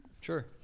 Sure